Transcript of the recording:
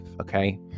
okay